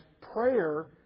prayer